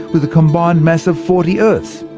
with a combined mass of forty earths.